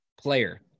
player